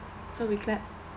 so we clap